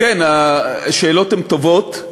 כן, השאלות הן טובות,